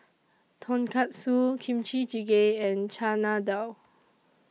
Tonkatsu Kimchi Jjigae and Chana Dal